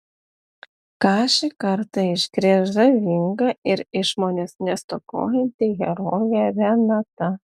ką šį kartą iškrės žavinga ir išmonės nestokojanti herojė renata